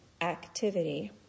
activity